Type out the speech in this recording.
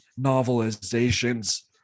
novelizations